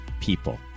people